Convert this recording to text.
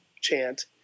chant